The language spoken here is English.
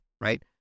right